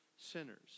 sinners